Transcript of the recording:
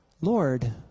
Lord